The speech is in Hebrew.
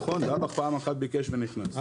נכון דב"ח פעם אחת ביקש ונכנס,